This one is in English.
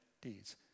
deeds